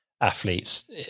athletes